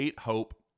Hope